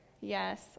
Yes